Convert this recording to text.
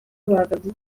bagabye